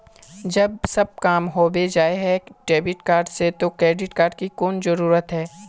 जब सब काम होबे जाय है डेबिट कार्ड से तो क्रेडिट कार्ड की कोन जरूरत है?